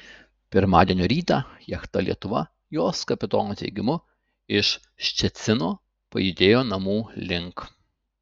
pirmadienio rytą jachta lietuva jos kapitono teigimu iš ščecino pajudėjo namų link